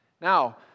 Now